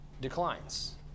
declines